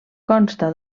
consta